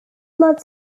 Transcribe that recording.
blood